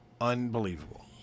Unbelievable